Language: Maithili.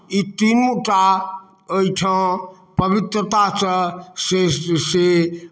ई तीनू टा एहिठाँ पवित्रतासँ से से